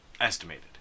Estimated